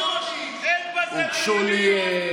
אין בזה פלילי.